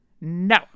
No